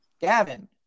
Gavin